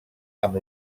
amb